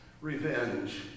revenge